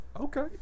Okay